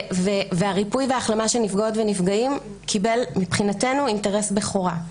והריפוי של הנפגעות והנפגעים קיבל מבחינתנו אינטרס בכורה.